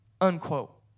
unquote